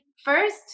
First